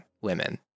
women